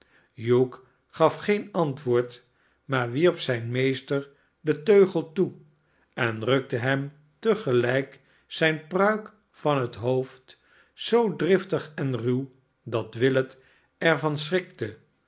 hugh gaf geen antwoord maar wierp zijn meester den teugel toe en rukte hem te gelijk zijn pruik van het hoofd zoo driftig en ruw dat willet er van schrikte